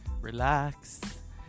relax